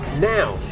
now